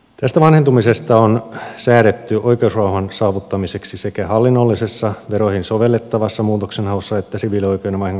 tästä vanhentumisesta on säädetty oikeusrauhan saavuttamiseksi sekä hallinnollisessa veroihin sovellettavassa muutoksenhaussa että siviilioikeudellisessa vahingonkorvausmenettelyssä